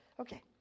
Okay